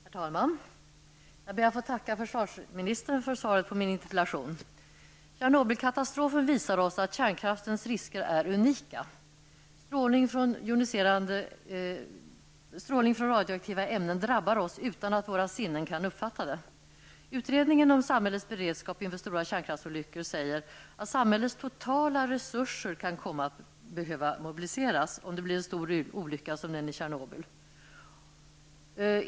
Herr talman! Jag ber att få tacka försvarsministern för svaret på min interpellation. Tjernobylkatastrofen visar oss att kärnkraftens risker är unika. Strålning från radioaktiva ämnen drabbar oss utan att våra sinnen kan uppfatta det. Utredningen om samhällets beredskap inför stora kärnkraftsolyckor säger, att samhällets totala resurser kan komma att behöva mobiliseras om det blir en stor olycka som den i Tjernobyl.